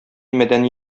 мәдәни